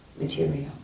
material